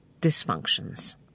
dysfunctions